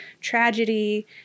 tragedy